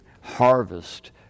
harvest